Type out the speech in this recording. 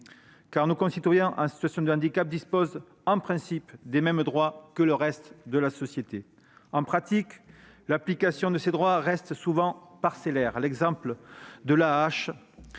Nos concitoyens en situation de handicap ont en principe les mêmes droits que le reste de la société. En pratique, l'application de ces droits reste souvent parcellaire. L'exemple de